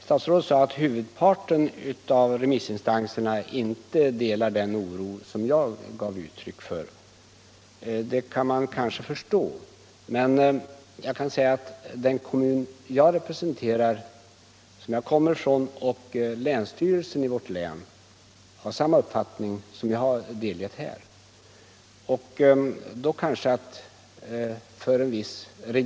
Statsrådet sade att huvudparten av remissinstanserna inte delade den oro som jag gav uttryck för. Det kan man kanske förstå. Men jag kan säga att den kommun jag representerar och länsstyrelsen i vårt län har samma uppfattning som jag här har gett uttryck för.